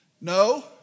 no